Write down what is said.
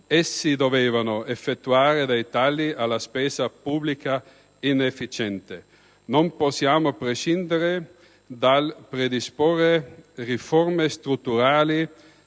e si dovevano effettuare dei tagli alla spesa pubblica inefficiente. Non possiamo prescindere dal predisporre riforme strutturali